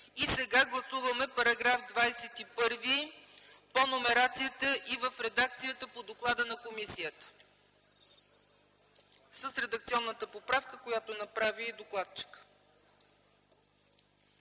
на гласуване § 21 по номерацията и в редакцията по доклада на комисията, с редакционната поправка, която направи докладчикът,